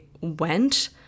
went